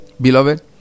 Beloved